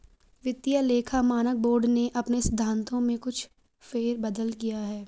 वित्तीय लेखा मानक बोर्ड ने अपने सिद्धांतों में कुछ फेर बदल किया है